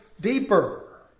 deeper